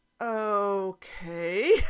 okay